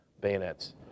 bayonets